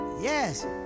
Yes